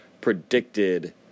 predicted